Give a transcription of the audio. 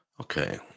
Okay